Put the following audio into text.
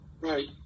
Right